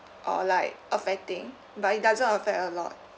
or like affecting but it doesn't affect a lot